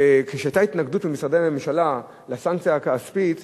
כשהיתה התנגדות במשרדי הממשלה לסנקציה הכספית,